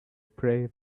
prey